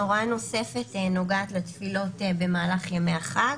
הוראה נוספת נוגעת לתפילות במהלך ימי החג,